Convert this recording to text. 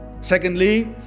Secondly